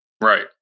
Right